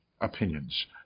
opinions